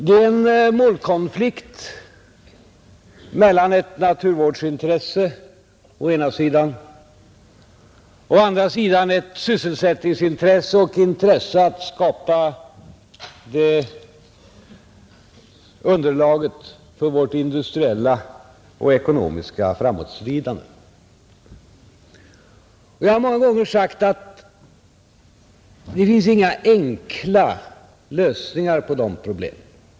Det är en målkonflikt mellan å ena sidan ett naturvårdsintresse och å andra sidan ett sysselsättningsintresse och ett intresse att skapa underlaget för vårt industriella och ekonomiska framåtskridande. Jag har många gånger sagt att det finns inga enkla lösningar på de problemen.